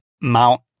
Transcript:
Mount